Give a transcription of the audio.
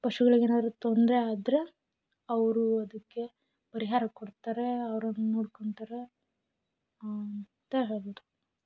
ಪಶುಗಳಿಗೆ ಏನಾದ್ರೂ ತೊಂದರೆಯಾದ್ರೆ ಅವರು ಅದಕ್ಕೆ ಪರಿಹಾರ ಕೊಡ್ತಾರೆ ಅವರು ನೋಡ್ಕೊತಾರೆ ಅಂತ ಹೇಳ್ಬೋದು